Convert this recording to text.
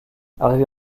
arrivée